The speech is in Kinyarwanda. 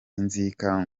inzika